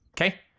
Okay